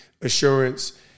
assurance